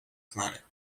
planet